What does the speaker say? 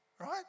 Right